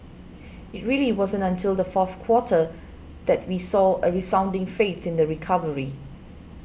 it really wasn't until the fourth quarter that we saw a resounding faith in the recovery